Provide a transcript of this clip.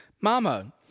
Mama